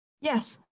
Yes